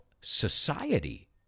society